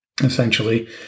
essentially